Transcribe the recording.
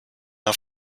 auf